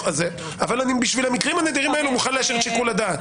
אבל בשביל המקרים הנדירים אני מוכן להשאיר את שיקול הדעת.